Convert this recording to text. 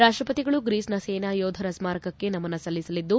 ರಾಷ್ಟಪತಿಗಳು ಗ್ರೀಸ್ನ ಸೇನಾ ಯೋಧರ ಸ್ಮಾರಕಕ್ಕೆ ನಮನ ಸಲ್ಲಿಸಲಿದ್ದು